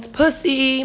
pussy